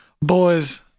Boys